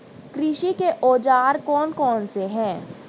कृषि के औजार कौन कौन से हैं?